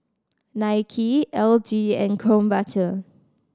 Nike L G and Krombacher